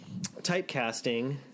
typecasting